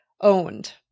Owned